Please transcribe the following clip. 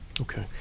Okay